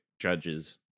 judges